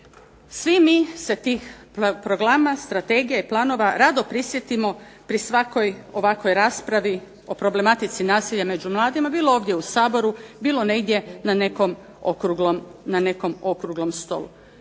Svi mi se tih programa, strategija i planova rado prisjetimo pri svakoj ovakvoj raspravi o problematici nasilja među mladima, bilo ovdje u Saboru, bilo negdje na nekom Okruglom stolu.